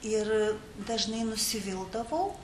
ir dažnai nusivildavau